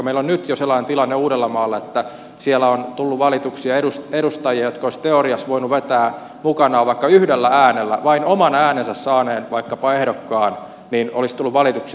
meillä on nyt jo sellainen tilanne uudellamaalla että siellä on tullut valituksi edustajia jotka olisivat teoriassa voineet vetää mukanaan vaikka yhden äänen vaikkapa vain oman äänensä saaneen ehdokkaan ja tämä olisi tullut valituksi eduskuntaan